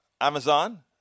Amazon